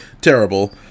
terrible